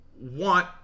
want